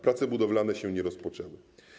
Prace budowlane się nie rozpoczęły.